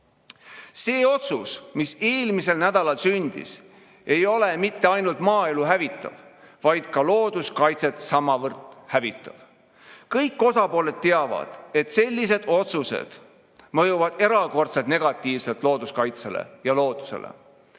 See otsus, mis eelmisel nädalal sündis, ei ole mitte ainult maaelu hävitav, vaid ka looduskaitset samavõrd hävitav. Kõik osapooled teavad, et sellised otsused mõjuvad erakordselt negatiivselt looduskaitsele ja loodusele.